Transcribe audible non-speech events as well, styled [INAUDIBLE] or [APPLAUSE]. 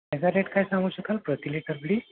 ह्याचा रेट काय सांगू शकाल प्रति लिटर [UNINTELLIGIBLE]